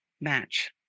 match